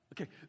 Okay